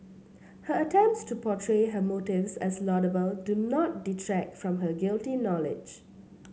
her attempts to portray her motives as laudable do not detract from her guilty knowledge